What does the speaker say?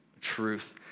truth